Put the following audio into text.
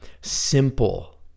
simple